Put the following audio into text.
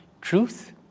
truth